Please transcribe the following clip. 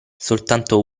soltanto